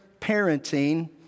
parenting